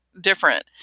different